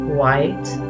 white